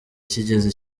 kigeze